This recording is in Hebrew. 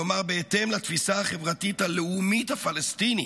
כלומר בהתאם לתפיסה החברתית הלאומית הפלסטינית,